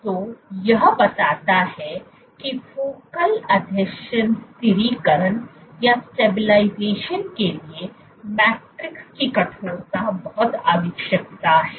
तो यह बताता है कि फोकल आसंजन स्थिरीकरण के लिए मैट्रिक्स की कठोरता आवश्यक है